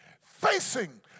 facing